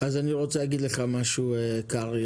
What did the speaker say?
אז אני רוצה להגיד לך משהו, קרעי.